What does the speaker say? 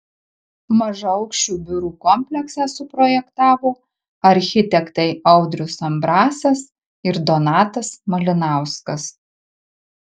mažaaukščių biurų kompleksą suprojektavo architektai audrius ambrasas ir donatas malinauskas